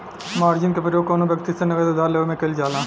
margin के प्रयोग कौनो व्यक्ति से नगद उधार लेवे में कईल जाला